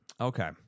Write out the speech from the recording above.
okay